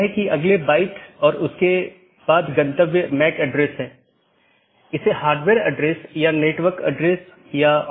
इन protocol के उदाहरण OSPF हैं और RIP जिनमे मुख्य रूप से इस्तेमाल किया जाने वाला प्रोटोकॉल OSPF है